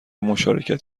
مشارکت